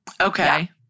Okay